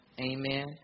Amen